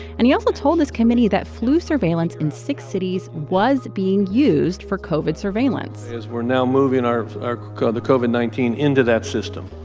and he also told this committee that flu surveillance in six cities was being used for covid surveillance we're now moving our our the covid nineteen into that system.